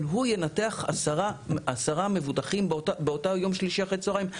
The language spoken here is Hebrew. אבל הוא ינתח עשרה מבוטחים באותו יום שלישי אחר הצהריים.